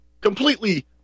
completely